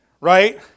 right